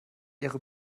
ihre